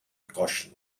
caution